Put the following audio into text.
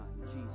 Jesus